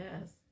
Yes